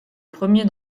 premier